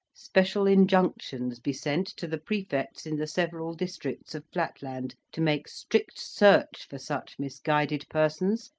special injunctions be sent to the prefects in the several districts of flatland, to make strict search for such misguided persons,